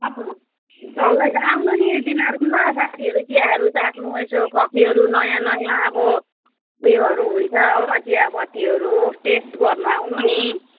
अँ चल्दैछ आउनु नि तिमाहरू पनि ल साथीहरू चियाहरू चाख्नु यसो कफीहरू नयाँ नयाँ अब उयोहरू हुन्छ हो चियापत्तीहरू टेस्ट गर्नु आउनु नि